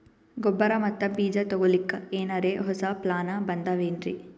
ಗೊಬ್ಬರ ಮತ್ತ ಬೀಜ ತೊಗೊಲಿಕ್ಕ ಎನರೆ ಹೊಸಾ ಪ್ಲಾನ ಬಂದಾವೆನ್ರಿ?